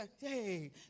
hey